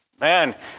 Man